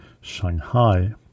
Shanghai